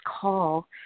call